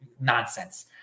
nonsense